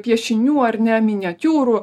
piešinių ar ne miniatiūrų